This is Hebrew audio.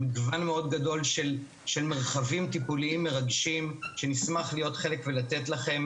מגוון גדול של מרחבים טיפוליים מרגשים שנשמח להיות חלק ולתת לכם